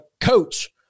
coach